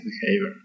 behavior